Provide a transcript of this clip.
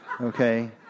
Okay